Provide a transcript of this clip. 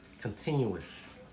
continuous